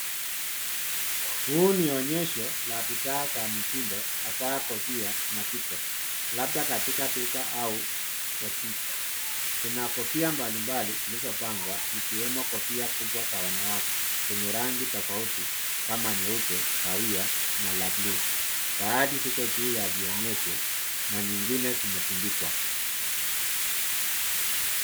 Huu ni uonyesho wa bidhaa za mitindo hasa kofia na vito, labda katika duka au botique . Kuna kofia mbalimbali zilizopangwa, ikiwemo kofia kubwa za wanawake zenye rangi tofauti kama nyeupe, kahawia na la buluu. Baadhi ziko juu ya vionyesho na nyingine zimetundikwa.